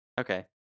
okay